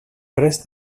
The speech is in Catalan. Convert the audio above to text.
pres